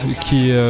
qui